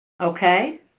Okay